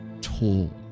tall